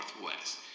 Northwest